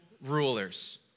rulers